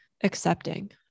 accepting